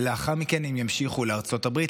ולאחר מכן הם ימשיכו לארצות הברית,